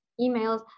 emails